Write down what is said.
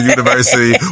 University